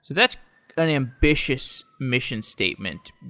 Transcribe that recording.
so that's an ambitious mission statement,